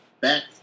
back